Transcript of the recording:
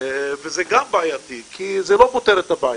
זה גם בעייתי, כי זה לא פותר את הבעיה.